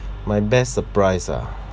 my best surprise ah